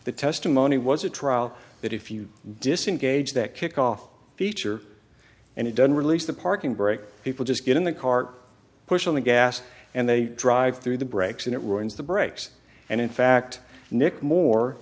the testimony was a trial that if you disengage that kickoff feature and it doesn't release the parking brake people just get in the car push on the gas and they drive through the brakes and it ruins the brakes and in fact nick more